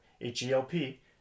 H-E-L-P